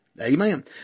Amen